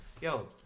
Yo